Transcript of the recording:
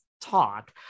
talk